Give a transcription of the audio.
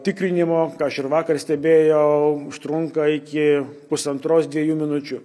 tikrinimo ką aš ir vakar stebėjau užtrunka iki pusantros dviejų minučių